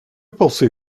pensez